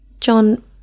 John